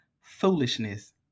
foolishness